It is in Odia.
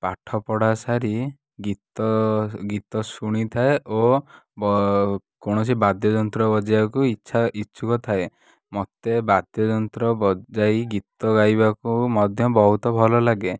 ପାଠ ପଢ଼ା ସାରି ଗୀତ ଗୀତ ଶୁଣିଥାଏ ଓ କୌଣସି ବାଦ୍ୟଯନ୍ତ୍ର ବଜାଇବାକୁ ଇଚ୍ଛା ଇଚ୍ଛୁକ ଥାଏ ମତେ ବାଦ୍ୟଯନ୍ତ୍ର ବଜାଇ ଗୀତ ଗାଇବାକୁ ମଧ୍ୟ୍ୟ ବହୁତ ଭଲ ଲାଗେ